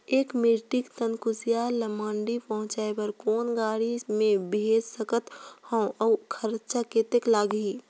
एक metric ton कुसियार ल मंडी पहुंचाय बर कौन गाड़ी मे भेज सकत हव अउ खरचा कतेक लगही?